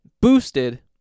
Boosted